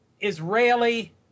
Israeli